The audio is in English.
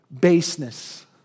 baseness